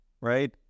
right